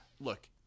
look